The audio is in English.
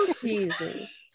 Jesus